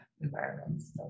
environments